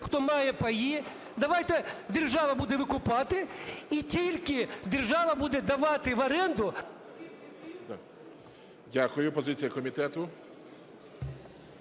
хто має паї, давайте держава буде викупати, і тільки держава буде давати в оренду... ГОЛОВУЮЧИЙ. Дякую. Позиція комітету.